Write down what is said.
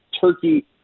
Turkey